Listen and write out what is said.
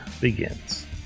begins